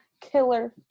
killer